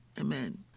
Amen